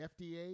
FDA